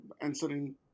answering